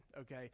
okay